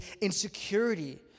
insecurity